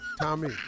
Tommy